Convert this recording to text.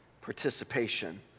participation